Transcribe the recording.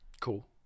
Cool